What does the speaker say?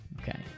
Okay